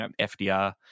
FDR